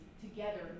together